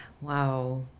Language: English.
wow